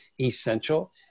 essential